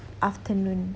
afternoon